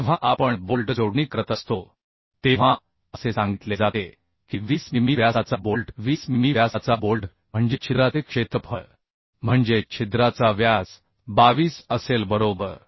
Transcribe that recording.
जेव्हा आपण बोल्ट जोडणी करत असतो तेव्हा असे सांगितले जाते की 20 मिमी व्यासाचा बोल्ट 20 मिमी व्यासाचा बोल्ट म्हणजे छिद्राचे क्षेत्रफळ म्हणजे छिद्राचा व्यास 22 असेल बरोबर